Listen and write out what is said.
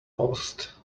post